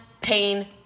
pain